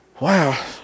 Wow